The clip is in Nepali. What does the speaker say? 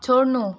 छोड्नु